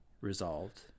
resolved